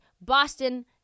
Boston